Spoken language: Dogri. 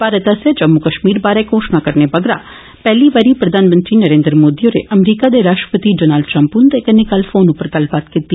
भारत आस्सेया जम्मू कश्मीर बारै घोषणा करने मगरा पैहली बारी प्रधानमंत्री नरेंद्र मोदी होरें अमरीका दे राष्ट्रपति डोनाल्ड ट्रंप हुनदे कन्नै कल फौन उप्पर गल्लबात कीती